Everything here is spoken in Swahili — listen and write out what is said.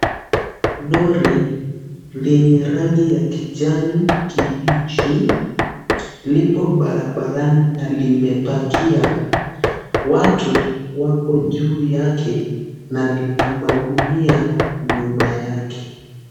Lori yenye rangi ya kijani kibichi lipo barabarani na limepakia. Watu wako juu yake na lina magunia nyuma yake.